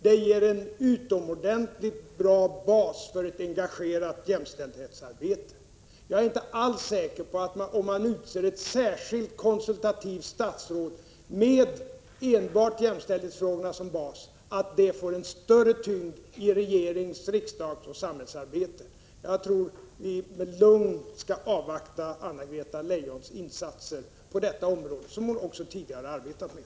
Detta ger en utomordentligt bra bas för ett engagerat jämställdhetsarbete. Jag är inte alls säker på att vi får en större tyngd i regerings-, riksdagsoch samhällsarbete om man utser ett särskilt konsultativt statsråd, som enbart arbetar med jämställdhetsfrågorna. Jag tycker att vi med lugn skall avvakta Anna-Greta Leijons insatser på detta område — frågor som hon också tidigare arbetat med.